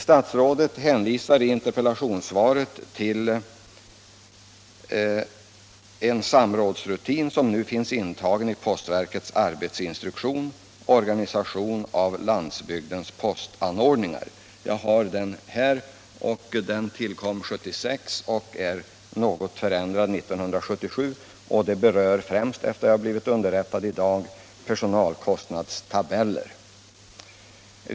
Statsrådet hänvisar i interpellationssvaret till en samrådsrutin som nu finns intagen i postverkets arbetsinstruktion Organisation av landsbygdens postanordningar. Jag har den här — den tillkom 1976 och är något förändrad 1977. Ändringen berör främst, efter vad jag blivit underrättad i dag, personalkostnadstabeller.